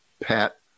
Pat